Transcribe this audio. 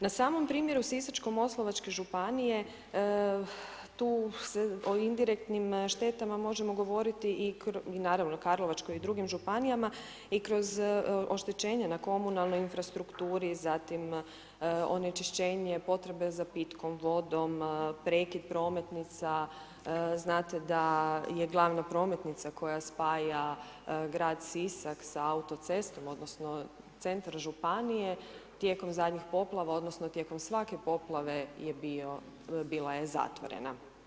Na samom primjeru Sisačko-moslavačke županije tu se o indirektnim štetama možemo govoriti i kroz, naravno Karlovačkoj i drugim županijama, i kroz oštećenja na komunalnoj infrastrukturi zatim onečišćenje potrebe za pitkom vodom, prekid prometnica, znate da je glavna prometnica koja spaja grad Sisak sa autocestom odnosno centar županije tijekom zadnjih poplava odnosno tijekom svake poplave je bio, bila je zatvorena.